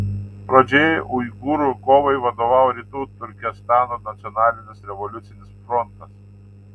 pradžioje uigūrų kovai vadovavo rytų turkestano nacionalinis revoliucinis frontas